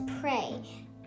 pray